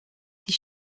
sie